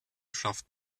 schafft